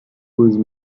whose